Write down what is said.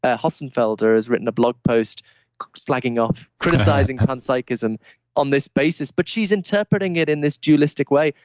ah hossenfelder has written a blog post slagging off criticizing panpsychism on this basis, but she's interpreting it in this dualistic way.